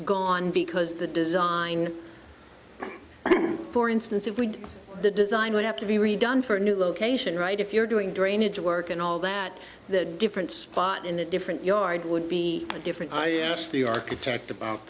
gone because the design for instance if we the design would have to be redone for a new location right if you're doing drainage work and all that the different spot in the different yard would be different i asked the architect about